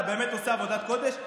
אתה באמת עושה עבודת קודש.